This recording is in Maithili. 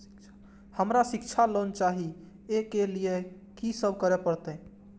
हमरा शिक्षा लोन चाही ऐ के लिए की सब करे परतै?